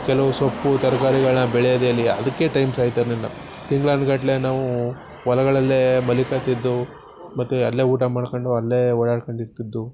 ಕೆಲವು ಸೊಪ್ಪು ತರ್ಕಾರಿಗಳನ್ನ ಬೆಳೆಯೋದ್ ಎಲ್ಲಿ ಅದಕ್ಕೆ ಟೈಮ್ ಸಾಲ್ತಾ ಇರಲಿಲ್ಲ ತಿಂಗ್ಳಾನು ಗಟ್ಟಲೆ ನಾವೂ ಹೊಲಗಳಲ್ಲೇ ಮಲಿಕತಿದ್ದೆವು ಮತ್ತು ಅಲ್ಲೇ ಊಟ ಮಾಡ್ಕೊಂಡು ಅಲ್ಲೇ ಓಡಾಡ್ಕೊಂಡು ಇರ್ತಿದ್ದು